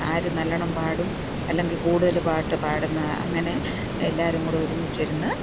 ആര് നല്ലവണ്ണം പാടും അല്ലെങ്കില് കൂടുതല് പാട്ട് പാടുന്നാ അങ്ങനെ എല്ലാവരും കൂടെ ഒരുമിച്ചിരുന്ന്